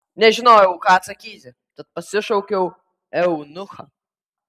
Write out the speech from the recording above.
nežinojau ką atsakyti tad pasišaukiau eunuchą